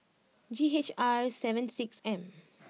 G H R seven six M